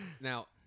Now